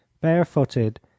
barefooted